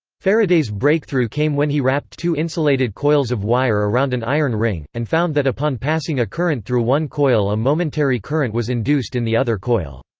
faraday's breakthrough came when he wrapped two insulated coils of wire around an iron ring, and found that upon passing a current through one coil a momentary current was induced in the other coil.